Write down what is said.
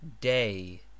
day